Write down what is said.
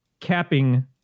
capping